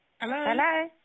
Hello